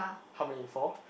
how many four